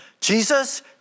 Jesus